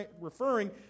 referring